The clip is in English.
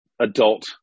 adult